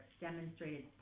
demonstrated